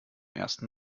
ersten